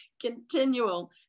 continual